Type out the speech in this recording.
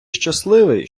щасливий